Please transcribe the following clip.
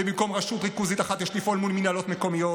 ובמקום רשות ריכוזית אחת יש לפעול מול מינהלות מקומיות,